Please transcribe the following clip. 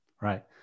Right